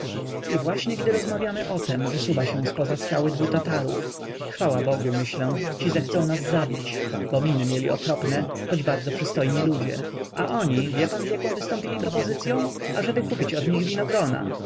i właśnie gdy rozmawiamy o tem wysuwa się zpoza skały dwu tatarów chwała bogu myślę ci zechcą nas zabić bo miny mieli okropne choć bardzo przystojni ludzie a oni wie pan z jaką wystąpili propozycyą ażeby kupić od nich winogron